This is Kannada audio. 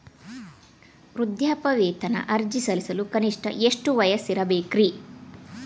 ವೃದ್ಧಾಪ್ಯವೇತನ ಅರ್ಜಿ ಸಲ್ಲಿಸಲು ಕನಿಷ್ಟ ಎಷ್ಟು ವಯಸ್ಸಿರಬೇಕ್ರಿ?